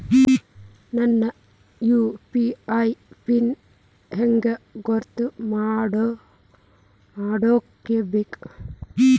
ನನ್ನ UPI PIN ಹೆಂಗ್ ಗೊತ್ತ ಮಾಡ್ಕೋಬೇಕು?